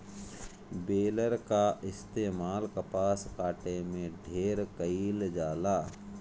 baler कअ इस्तेमाल कपास काटे में ढेर कइल जाला